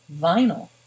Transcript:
Vinyl